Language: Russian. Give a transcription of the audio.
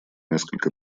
несколько